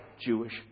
Jewish